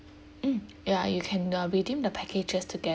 mm ya you can uh redeem the packages together